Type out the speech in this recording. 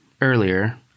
earlier